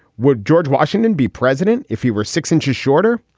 would george washington be president if he were six inches shorter?